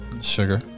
Sugar